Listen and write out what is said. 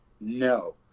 No